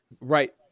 Right